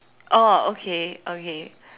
oh okay okay